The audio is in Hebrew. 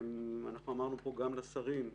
הייתה לנו גם הערה לשרים,